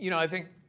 you know i think